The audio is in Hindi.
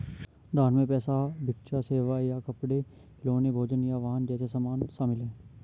दान में पैसा भिक्षा सेवाएं या कपड़े खिलौने भोजन या वाहन जैसे सामान शामिल हैं